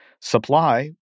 supply